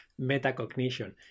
Metacognition